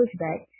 pushback